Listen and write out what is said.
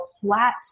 flat